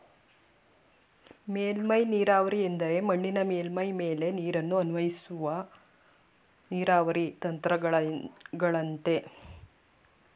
ಮೇಲ್ಮೈ ನೀರಾವರಿ ಎಂದರೆ ಮಣ್ಣಿನ ಮೇಲ್ಮೈ ಮೇಲೆ ನೀರನ್ನು ಅನ್ವಯಿಸುವ ನೀರಾವರಿ ತಂತ್ರಗಳಗಯ್ತೆ